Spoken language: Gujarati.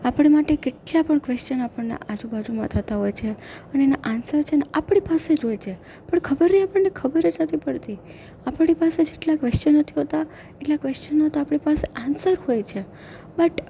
આપણા માટે કેટલા પણ ક્વેશ્ચન આપણને આજુબાજુમાં થતાં હોય છે પણ એના આન્સર છેને આપણી પાસે જ હોય છે પણ ખબરે આપણને ખબર જ નથી પડતી આપણી પાસે જેટલા ક્વેશ્ચન નથી હોતા એટલા ક્વેશ્ચનના તો આપણી પાસે આન્સર હોય છે બટ